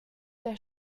der